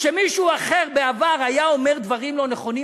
כשמישהו אחר בעבר היה אומר דברים לא נכונים,